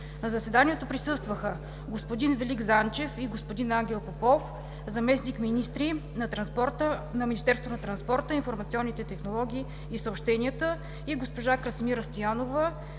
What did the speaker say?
На заседанието присъстваха: господин Велик Занчев и господин Ангел Попов – заместник-министри на Министерство на транспорта, информационните технологии и съобщенията; и госпожа Красимира Стоянова